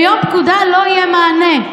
ביום פקודה לא יהיה מענה.